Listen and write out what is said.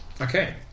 Okay